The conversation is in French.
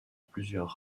plusieurs